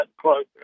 close